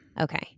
Okay